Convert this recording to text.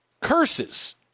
curses